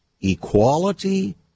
equality